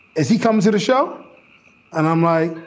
as he comes at a show and i'm like,